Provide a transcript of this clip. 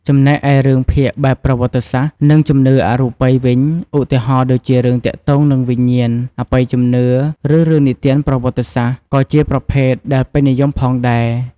ចំណែកឯរឿងភាគបែបប្រវត្តិសាស្ត្រ និងជំនឿអរូបីវិញ ឧទាហរណ៍ដូចជារឿងទាក់ទងនឹងវិញ្ញាណ អបិយជំនឿ ឬរឿងនិទានប្រវត្តិសាស្ត្រ ក៏ជាប្រភេទដែលពេញនិយមផងដែរ។